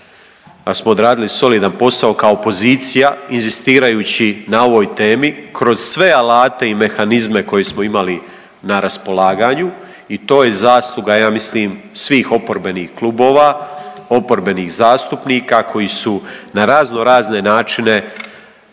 smo odradili solidan posao kao opozicija inzistirajući na ovoj temi kroz sve alate i mehanizme koje smo imali na raspolaganju i to je zasluga ja mislim svih oporbenih klubova, oporbenih zastupnika koji su na razno razne načine